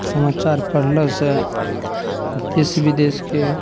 समाचार पढ़लासॅं देश बिदेशके